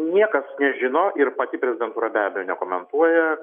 niekas nežino ir pati prezidentūra be abejo nekomentuoja